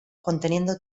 conteniendo